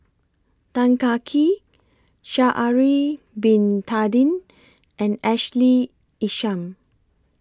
Tan Kah Kee Sha'Ari Bin Tadin and Ashley Isham